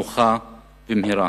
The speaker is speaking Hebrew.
נוחה ומהירה.